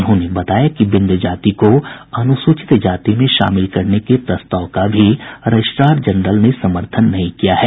उन्होंने बताया कि बिंद जाति को अनुसूचित जाति में शामिल करने के प्रस्ताव का भी रजिस्ट्रार जनरल ने समर्थन नहीं किया है